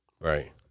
Right